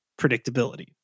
predictability